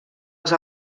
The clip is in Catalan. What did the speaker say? els